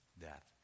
death